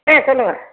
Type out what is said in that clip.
ம் சொல்லுங்கள்